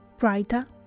writer